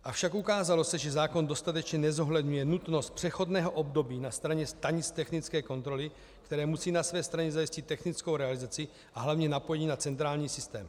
Avšak ukázalo se, že zákon dostatečně nezohledňuje nutnost přechodného období na straně stanic technické kontroly, které musí na své straně zajistit technickou realizaci a hlavně napojení na centrální systém.